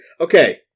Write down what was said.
Okay